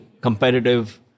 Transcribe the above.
competitive